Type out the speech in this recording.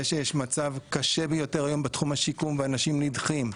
וזה שיש מצב קשה ביותר היום בתחום השיקום ואנשים נדחים,